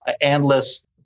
endless